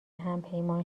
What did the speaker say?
همپیمان